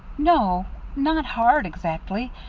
no not hard exactly.